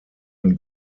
ein